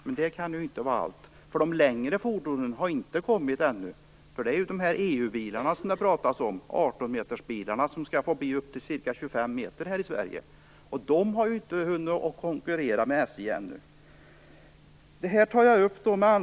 Men allt kan inte bero på det. De längre fordonen har ännu inte kommit, dvs. EU-bilarna, 18-metersbilarna som nu skall få bli upp till 25 meter i Sverige. De har ännu inte hunnit att konkurrera med SJ.